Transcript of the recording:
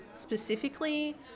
specifically